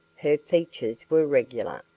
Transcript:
her features were regular,